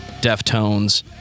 Deftones